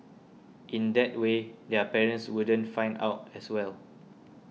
in that way their parents wouldn't find out as well